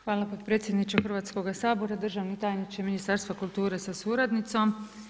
Hvala potpredsjedniče Hrvatskoga sabora, državni tajniče Ministarstva kulture sa suradnicom.